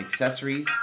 accessories